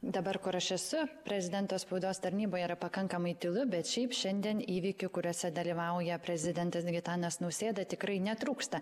dabar kur aš esu prezidento spaudos tarnyboj yra pakankamai tylu bet šiaip šiandien įvykių kuriuose dalyvauja prezidentas gitanas nausėda tikrai netrūksta